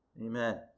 Amen